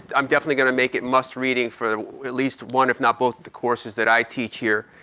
i'm definitely gonna make it must-reading for at least one if not both of the courses that i teach here.